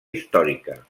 històrica